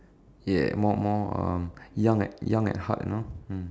ya more more um young at young at heart you know mm